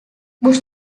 bush